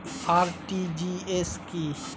RTGS কি?